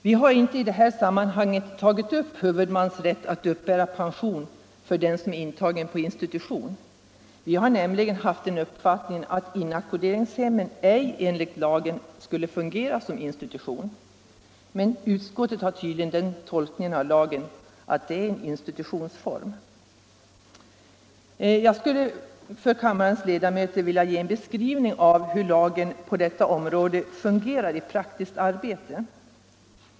Vi har inte i det här sammanhanget tagit upp frågan om huvudmans rätt att uppbära pension för den som är intagen på institution. Vi har nämligen haft den uppfattningen att inackorderingshemmen ej enligt lagen skulle fungera som institution. Men utskottet gör tydligen den tolkningen av lagen att de är en institutionsform. Jag skulle för kammarens ledamöter vilja ge en beskrivning av hur lagen på detta område fungerar i praktiskt arbete.